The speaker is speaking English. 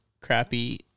crappy